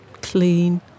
clean